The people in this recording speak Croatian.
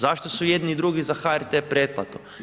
Zašto su i jedni i drugi za HRT pretplatu?